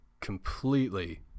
completely